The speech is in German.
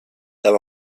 herr